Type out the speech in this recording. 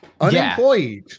unemployed